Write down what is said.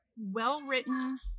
well-written